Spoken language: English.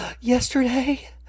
yesterday